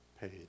paid